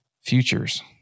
futures